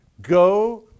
Go